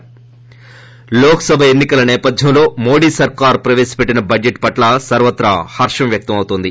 ప్రలోక్సభ ఎన్ని కల నేపద్యంలో మోదీ సర్కారు ప్రవేశ పెట్టిన బడ్లెట్ పట్ల సర్వత్రా హర్షం వ్యక్తం అవుతోంది